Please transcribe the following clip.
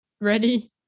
ready